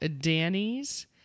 Danny's